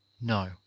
no